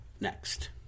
next